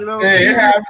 Hey